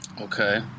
Okay